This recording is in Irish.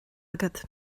agat